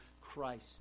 Christ